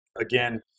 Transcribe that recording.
again